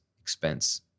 expense